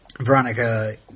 Veronica